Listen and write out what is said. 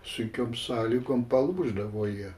sunkiom sąlygom palūždavo jie